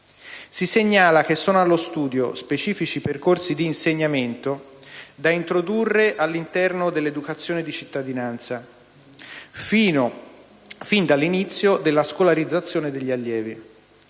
Si segnala che sono allo studio specifici percorsi di insegnamento, da introdurre all'interno dell'educazione alla cittadinanza, fin dall'inizio della scolarizzazione degli allievi.